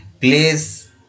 place